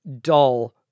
dull